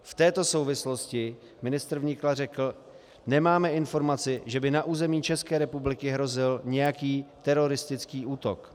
V této souvislosti ministr vnitra řekl: nemáme informaci, že by na území České republiky hrozil nějaký teroristický útok.